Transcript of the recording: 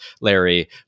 Larry